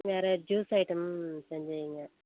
வேறு juice item செஞ்சு வையுங்க